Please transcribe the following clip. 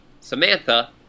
Samantha